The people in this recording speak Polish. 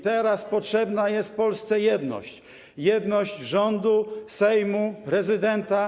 Teraz potrzebna jest Polsce jedność, jedność rządu, Sejmu, prezydenta.